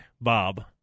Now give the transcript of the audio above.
Bob